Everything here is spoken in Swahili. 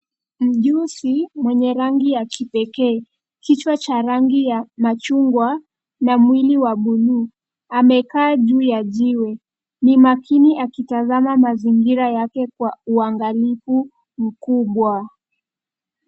Mjuzi mwenye rangi ya kipekee. Kichwa cha rangi ya machungwa na mwili wa buluu. Amekaa juu ya jiwe. Ni makini akitazama mazingira yake kwa uangalifu mkubwa.